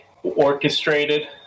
orchestrated